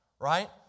right